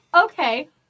Okay